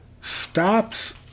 Stops